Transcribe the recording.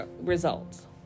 results